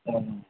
సరేనండి